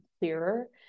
clearer